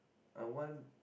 I want